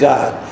God